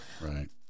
right